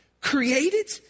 Created